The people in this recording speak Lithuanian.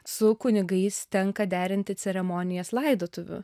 su kunigais tenka derinti ceremonijas laidotuvių